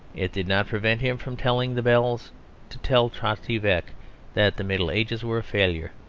it did not prevent him from telling the bells to tell trotty veck that the middle ages were a failure,